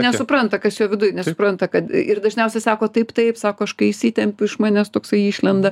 nesupranta kas jo viduj nesupranta kad ir dažniausiai sako taip taip sako aš kai įsitempiu iš manęs toksai išlenda